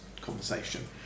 conversation